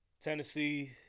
Tennessee